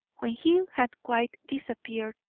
when he had quite disappeared,